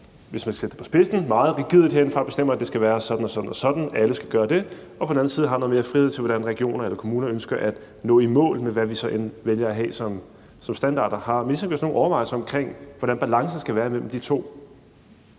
hvis man sætter det på spidsen, meget rigidt herindefra bestemmer, at det skal være sådan og sådan, at alle skal gøre det, og man på den anden side har noget mere frihed til, hvordan regioner eller kommuner ønsker at nå i mål med, hvad vi så end vælger at have som standarder. Har ministeren gjort sig nogen overvejelser omkring, hvordan balancen skal være mellem de to?